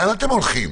הדברים הובנו.